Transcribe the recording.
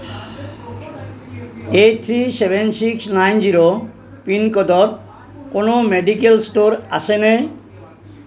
eight three seven six nine zero pin ক'ডত কোনো medical store আছেনে